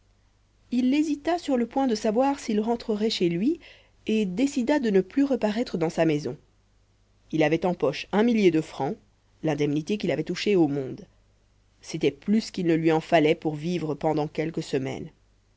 il hésita sur le point de savoir s'il rentrerait chez lui et décida de ne plus reparaître dans sa maison il avait en poche un millier de francs l'indemnité qu'il avait touchée au monde c'était plus qu'il ne lui en fallait pour vivre pendant quelques semaines